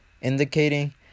indicating